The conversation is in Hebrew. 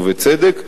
ובצדק,